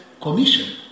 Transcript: Commission